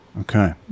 Okay